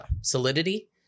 Solidity